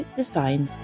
design